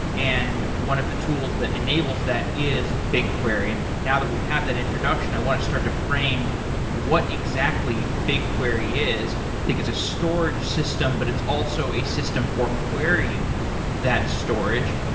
and one of the tools that enables that is bigquery and now that we have that introduction, i want to start to frame what exactly bigquery is. i think it's a storage system, but it's also a system for querying that storage.